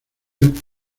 del